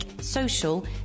social